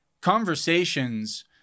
Conversations